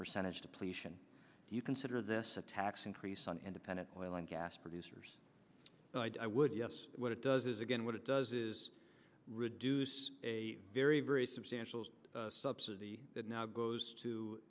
percentage depletion do you consider this a tax increase on independent oil and gas producers i would yes what it does is again what it does is reduce a very very substantial subsidy that now goes to